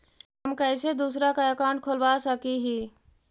हम कैसे दूसरा का अकाउंट खोलबा सकी ही?